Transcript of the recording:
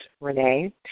Renee